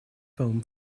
foam